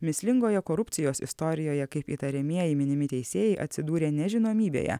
mįslingoje korupcijos istorijoje kaip įtariamieji minimi teisėjai atsidūrė nežinomybėje